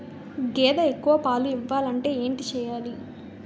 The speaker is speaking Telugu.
గేదె ఎక్కువ పాలు ఇవ్వాలంటే ఏంటి చెయాలి?